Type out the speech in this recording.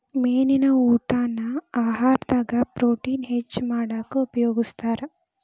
ಮೇನಿನ ಊಟಾನ ಆಹಾರದಾಗ ಪ್ರೊಟೇನ್ ಹೆಚ್ಚ್ ಮಾಡಾಕ ಉಪಯೋಗಸ್ತಾರ